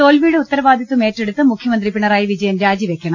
തോൽവിയുടെ ഉത്തരവാദിത്വം ഏറ്റെടുത്ത് മുഖൃമന്ത്രി പിണറായി വിജയൻ രാജിവെക്കണം